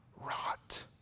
rot